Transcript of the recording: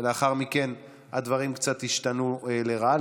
ולאחר מכן הדברים קצת השתנו לרעה,